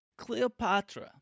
Cleopatra